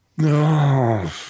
No